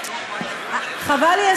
חבל לי,